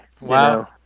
Wow